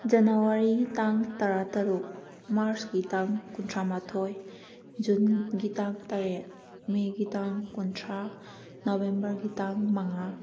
ꯖꯅꯋꯥꯔꯤ ꯇꯥꯡ ꯇꯔꯥ ꯇꯔꯨꯛ ꯃꯥꯔꯁꯀꯤ ꯇꯥꯡ ꯀꯨꯟꯊ꯭ꯔꯥ ꯃꯥꯊꯣꯏ ꯖꯨꯟꯒꯤ ꯇꯥꯡ ꯇꯔꯦꯠ ꯃꯦꯒꯤ ꯇꯥꯡ ꯀꯨꯟꯊ꯭ꯔꯥ ꯅꯕꯦꯝꯕꯔꯒꯤ ꯇꯥꯡ ꯃꯉꯥ